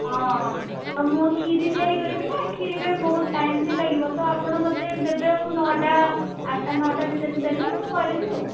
ହଁ ତ ମୁଁ କ୍ଷୀରି ତିଆରି କରିବି ନା କ୍ଷୀରି ପାଇଁ ବହୁତ ଟାଇମ୍ ବି ଲାଗିବ ତ ଆପଣ ମୋତେ ଦେବେ ନଅଟା ଆଠଟା ନଅଟା ଭିତରେ ଦେଲେ ମୁଁ କରିବି ଆଉ